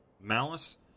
Malice